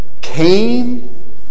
came